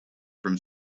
from